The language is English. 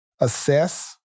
assess